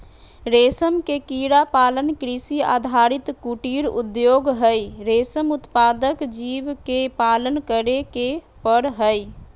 रेशम के कीड़ा पालन कृषि आधारित कुटीर उद्योग हई, रेशम उत्पादक जीव के पालन करे के पड़ हई